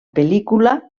pel·lícula